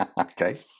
Okay